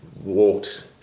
walked